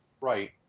Right